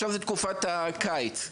עכשיו אנחנו בתקופת הקיץ,